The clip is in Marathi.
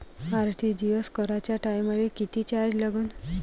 आर.टी.जी.एस कराच्या टायमाले किती चार्ज लागन?